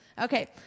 Okay